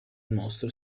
mostro